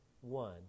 one